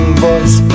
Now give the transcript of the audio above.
voice